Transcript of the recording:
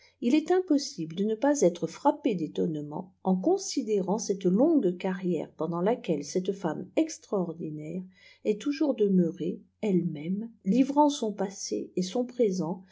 il est impossible de ne pas être frappé détonnement en considérant cette longue carrière pendant laquelle cette femme extraordinaire est toujours ctemeuriie ellemême livrant son passe et son présent